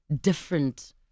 different